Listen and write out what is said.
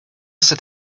said